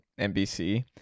NBC